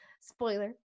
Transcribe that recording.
spoiler